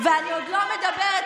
ואני עוד לא מדברת,